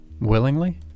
Willingly